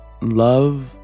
love